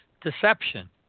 Deception